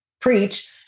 preach